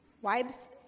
Wives